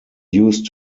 used